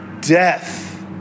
death